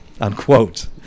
Unquote